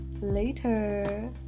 Later